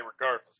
regardless